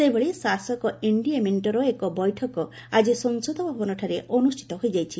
ସେହିଭଳି ଶାସକ ଏନଡିଏ ମେଣ୍ଟର ଏକ ବୈଠକ ଆକି ସଂସଦ ଭବନଠାରେ ଅନୁଷ୍ଠିତ ହୋଇଯାଇଛି